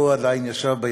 וחלקו עדיין,